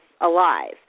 alive